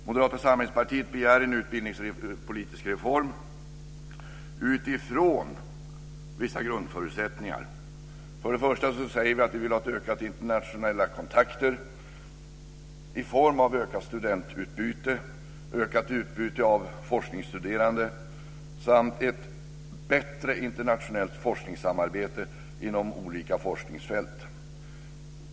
Moderata samlingspartiet begär en utbildningspolitisk reform utifrån vissa grundförutsättningar. Till att börja med säger vi att vi vill ha utökade internationella kontakter i form av ökat studentutbyte, ökat utbyte av forskningsstuderande och ett bättre internationellt forskningssamarbete inom olika forskningsfält.